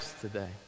Today